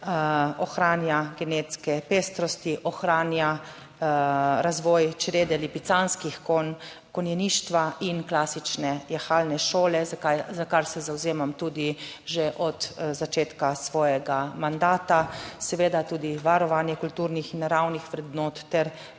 ohranja genetske pestrosti, ohranja razvoj črede lipicanskih konj, konjeništva in klasične jahalne šole, za kar se zavzemam tudi že od začetka svojega mandata, seveda tudi varovanje kulturnih in naravnih vrednot ter